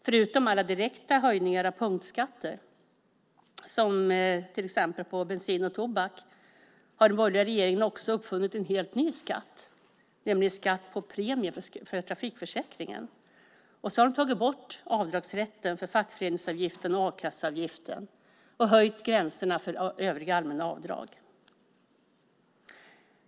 Förutom alla direkta höjningar av punktskatter, som till exempel på bensin och tobak, har den borgerliga regeringen också uppfunnit en helt ny skatt, nämligen skatt på premien för trafikförsäkringen. De har också tagit bort avdragsrätten för fackföreningsavgiften och a-kasseavgiften och höjt gränserna för övriga allmänna avdrag.